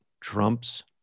trump's